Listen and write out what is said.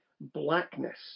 blackness